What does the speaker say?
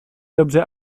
dobře